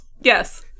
Yes